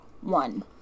one